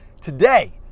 Today